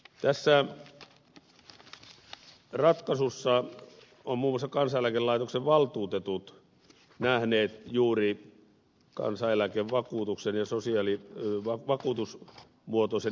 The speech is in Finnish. tässä ratkaisussa on muun muassa kansaneläkelaitoksen valtuutetut nähnyt juuri kansaneläkevakuutuksen ja sosiaali turvan vakuutus muoto se